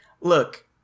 look